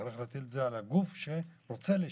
צריך להטיל את זה על הגוף שרוצה לשדר.